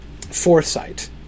foresight